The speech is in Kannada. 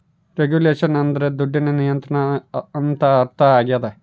ರೆಗುಲೇಷನ್ ಅಂದ್ರೆ ದುಡ್ಡಿನ ನಿಯಂತ್ರಣ ಅಂತ ಅರ್ಥ ಆಗ್ಯದ